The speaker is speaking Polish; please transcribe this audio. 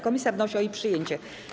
Komisja wnosi o jej przyjęcie.